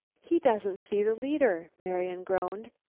he doesn't see the leader, marian groaned.